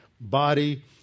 body